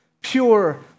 pure